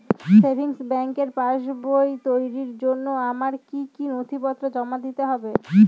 Savings ব্যাংকের পাসবই তৈরির জন্য আমার কি কি নথিপত্র জমা দিতে হবে?